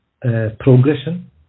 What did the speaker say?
progression